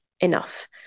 enough